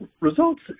Results